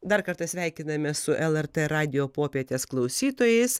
dar kartą sveikinamės su lrt radijo popietės klausytojais